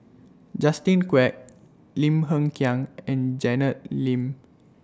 Justin Quek Lim Hng Kiang and Janet Lim